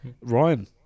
Ryan